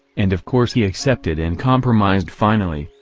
and of course he accepted and compromised finally,